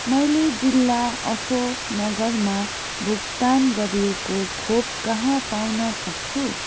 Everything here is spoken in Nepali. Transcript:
मैले जिल्ला अशोकनगरमा भुक्तान गरिएको खोप कहाँ पाउन सक्छु